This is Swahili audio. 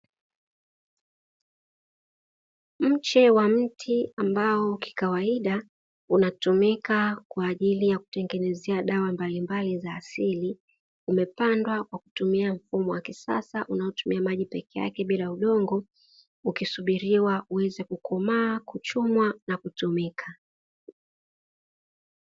Mche wa mti ambao kikawaida unatumika kwa ajili ya kutengenezea dawa mbalimbali za asili umepandwa kwa kutumia mfumo wa kisasa unaotumia maji peke yake bila udongo ukisubiriwa uweze kukomaa, kuchumwa na kutumika.